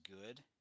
good